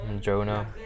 Jonah